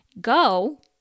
go